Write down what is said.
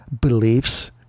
beliefs